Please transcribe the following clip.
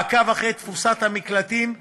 מעקב אחר תפוסת המקלטים,